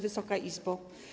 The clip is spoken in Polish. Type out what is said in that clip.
Wysoka Izbo!